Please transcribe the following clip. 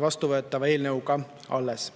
vastuvõetava seaduse kohaselt alles.